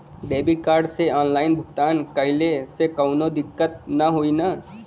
Debit card से online भुगतान कइले से काउनो दिक्कत ना होई न?